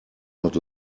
not